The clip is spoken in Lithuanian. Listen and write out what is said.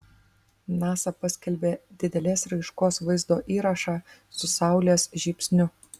nasa paskelbė didelės raiškos vaizdo įrašą su saulės žybsniu